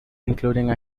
including